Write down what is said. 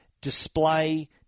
display